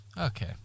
Okay